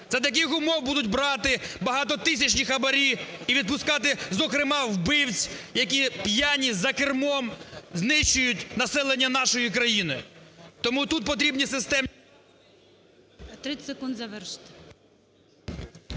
за таких умов будуть брати багатотисячні хабарі і відпускати, зокрема, вбивць, які п'яні за кермом знищують населення нашої країни. Тому тут потрібні…